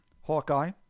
Hawkeye